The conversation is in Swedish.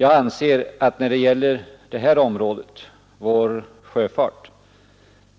Jag anser att vår sjöfart,